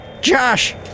Josh